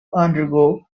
undergo